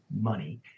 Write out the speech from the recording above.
money